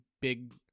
big